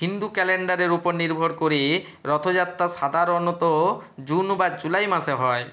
হিন্দু ক্যালেন্ডারের ওপর নির্ভর করে রথযাত্রা সাধারণত জুন বা জুলাই মাসে হয়